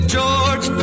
George